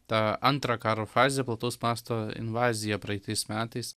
tą antrą karo fazę plataus masto invaziją praeitais metais